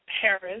Paris